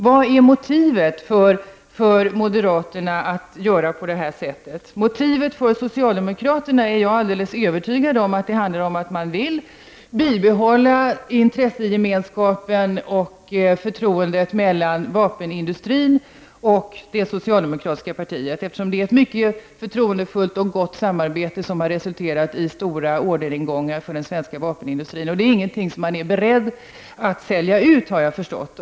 Vilket är moderaternas motiv att göra på det här sättet? Jag är alldeles övertygad om att socialdemokraternas motiv är att man vill bibehålla intressegemenskapen och förtroendet mellan vapenindustrin och det socialdemokratiska partiet. Det är ett mycket förtroendefullt och gott samarbete som har resulterat i stora orderingångar för den svenska vapenindustrin. Det är ingenting som man är beredd att sälja ut, har jag förstått.